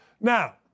Now